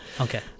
Okay